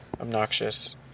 obnoxious